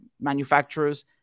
manufacturers